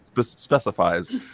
specifies